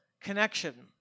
connection